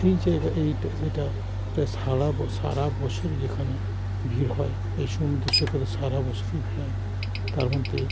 এই জায়গায় এইটা যেটা প্রায় সারা ব সারা বছরই যেখানে ভিড় হয় এই সমুদ সৈকত সারা বছরই ভিড় হয় তার মধ্যে